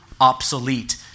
obsolete